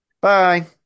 Bye